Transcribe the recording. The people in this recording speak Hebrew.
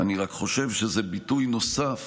אני רק חושב שזה ביטוי נוסף